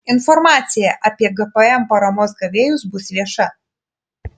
informacija apie gpm paramos gavėjus bus vieša